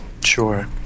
Sure